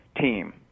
team